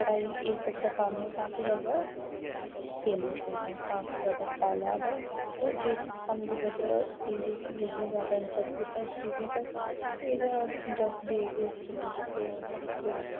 कढ़ाई एह् सब दा कम्म ऐ काफी ज्यादा फेमस काफी ज्यादा फैला दा और इस कम्म दी बजह इयै कि लोकें गी ज्यादा इंटरेस्ट दित्ता इस चीजां उप्पर एह् ज्यादा इंटरस्ट देग इन्हे चीजें उप्पर ते फिर